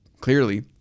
clearly